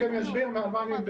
ואסביר על מה אנחנו מדברים.